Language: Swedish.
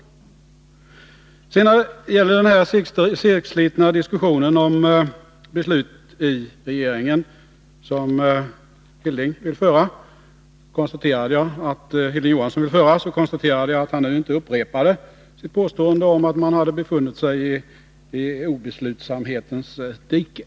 12 maj 1982 När det gäller den segslitna diskussion om besluten i regeringen som Hilding Johansson vill föra noterade jag att han nu inte upprepade sitt påstående om att regeringen hade befunnit sig i obeslutsamhetens dike.